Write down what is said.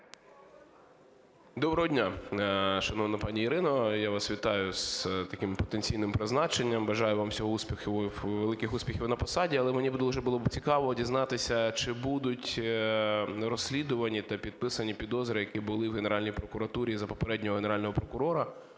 Доброго дня! Шановна пані Ірино, я вас вітаю з таким потенційним призначенням. Бажаю вам великих успіхів на посаді. Але мені дуже було б цікаво дізнатися, чи будуть розслідувані та підписані підозри, які були в Генеральній прокуратурі за попереднього Генерального прокурора,